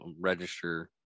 register